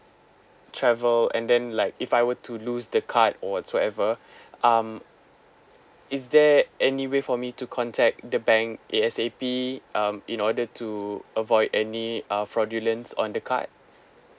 travel and then like if I were to lose the card or whatsoever um is there any way for me to contact the bank A_S_A_P um in order to avoid any uh fraudulent on the card